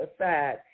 aside